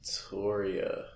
Victoria